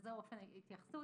וזה אופן ההתייחסות.